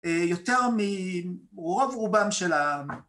יותר מרוב רובם של העם.